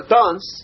dance